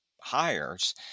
hires